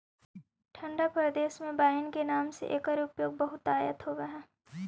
ठण्ढा प्रदेश में वाइन के नाम से एकर उपयोग बहुतायत होवऽ हइ